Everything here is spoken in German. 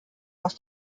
aus